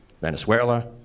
Venezuela